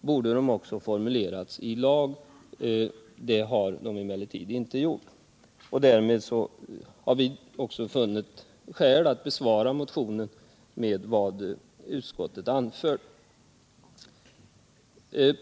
borde de också ha formulerats i lag. Det har emellertid inte skett. Därför har vi också funnit skäl att betrakta motionen som besvarad med vad utskottet anfört.